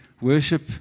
worship